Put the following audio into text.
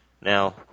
Now